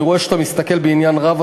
אני רואה שאתה מסתכל בעניין רב,